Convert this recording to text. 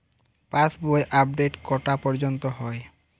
পাশ বই আপডেট কটা পর্যন্ত হয়?